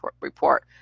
report